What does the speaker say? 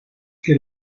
que